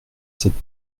cette